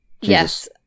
Yes